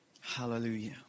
Hallelujah